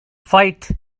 fight